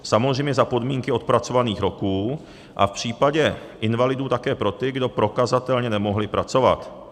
Samozřejmě za podmínky odpracovaných roků a v případě invalidů také pro ty, kdo prokazatelně nemohli pracovat.